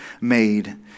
made